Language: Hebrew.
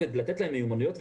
לתת להם מיומנויות.